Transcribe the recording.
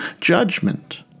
judgment